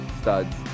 studs